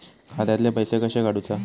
खात्यातले पैसे कशे काडूचा?